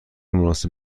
مناسب